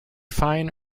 fine